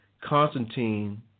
Constantine